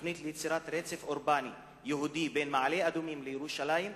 התוכנית ליצירת רצף אורבני יהודי בין מעלה-אדומים לירושלים,